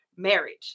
marriage